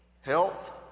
health